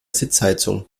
sitzheizung